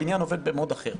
הבניין עובד ב-mode אחר.